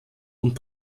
und